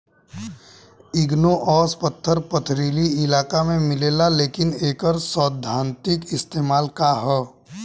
Igneous पत्थर पथरीली इलाका में मिलेला लेकिन एकर सैद्धांतिक इस्तेमाल का ह?